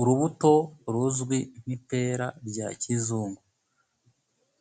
Urubuto ruzwi nk'ipera rya kizungu